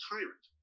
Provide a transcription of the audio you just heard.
Tyrant